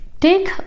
take